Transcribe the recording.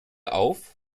auf